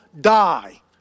die